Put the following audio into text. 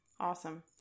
Awesome